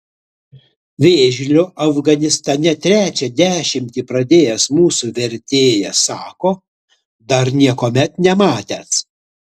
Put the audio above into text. vėžlio afganistane trečią dešimtį pradėjęs mūsų vertėjas sako dar niekuomet nematęs